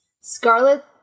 Scarlet